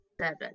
seven